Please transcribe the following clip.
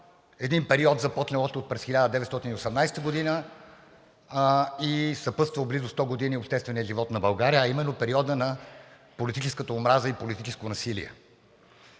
един период, започнал още през 1918 г., и съпътствал близо 100 години обществения живот на България, а именно периода на политическата омраза и политическото насилие.